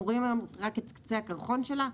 אנחנו רואים היום רק את קצה הקרחון שלה.